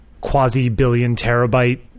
quasi-billion-terabyte